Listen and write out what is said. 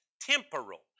temporal